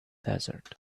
desert